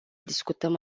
discutăm